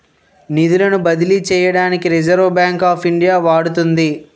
నిధులను బదిలీ చేయడానికి రిజర్వ్ బ్యాంక్ ఆఫ్ ఇండియా వాడుతుంది